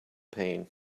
pain